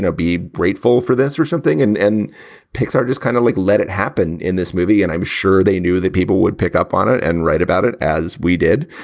be grateful for this or something. and and pixar just kind of like let it happen in this movie. and i'm sure they knew that people would pick up on it and write about it as we did.